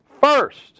First